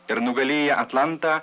ir nugalėję atlantą